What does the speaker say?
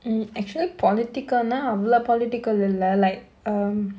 mm actually political அவ்ளா:avlaa political இல்ல:illa like um